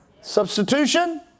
Substitution